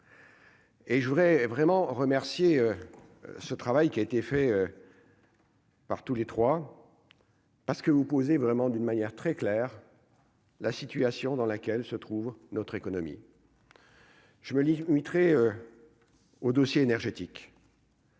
Et je voudrais vraiment remercier ce travail qui a été fait. Par tous les trois parce que vous posez vraiment d'une manière très claire la situation dans laquelle se trouve notre économie. Je me au dossier énergétique.